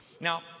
Now